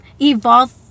evolve